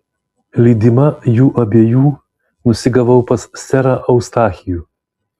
lydima jų abiejų nusigavau pas serą eustachijų